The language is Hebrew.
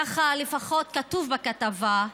ככה לפחות כתוב בכתבה: